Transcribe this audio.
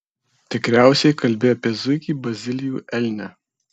tikriausiai kalbi apie zuikį bazilijų elnią